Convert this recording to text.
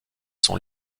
son